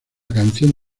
canción